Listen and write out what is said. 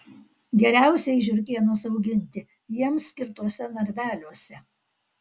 geriausiai žiurkėnus auginti jiems skirtuose narveliuose